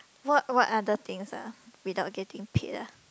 what what other things ah without getting paid ah